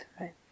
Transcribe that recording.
right